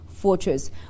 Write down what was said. fortress